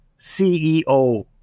CEO